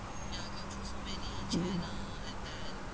mm